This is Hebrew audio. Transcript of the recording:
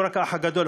לא רק האח הגדול,